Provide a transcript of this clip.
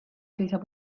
seisab